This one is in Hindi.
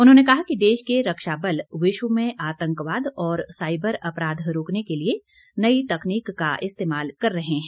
उन्होंने कहा कि देश के रक्षा बल विश्व में आतंकवाद और साइबर अपराध रोकने के लिए नई तकनीक का इस्तेमाल कर रहे हैं